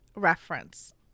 reference